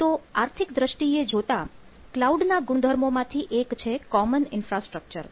તો આર્થિક દ્રષ્ટિએ જોતા ક્લાઉડ ના ગુણધર્મો માંથી એક છે કોમન ઈન્ફ્રાસ્ટ્રક્ચર